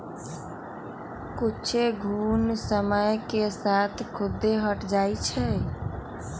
कुछेक घुण समय के साथ खुद्दे हट जाई छई